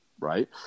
Right